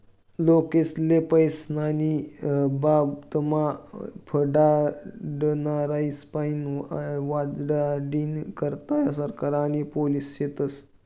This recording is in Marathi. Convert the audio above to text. लोकेस्ले पैसास्नं बाबतमा फसाडनारास्पाईन वाचाडानी करता सरकार आणि पोलिस शेतस